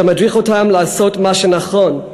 שמדריך אותם לעשות מה שנכון,